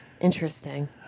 interesting